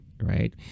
right